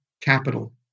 capital